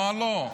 מה לא.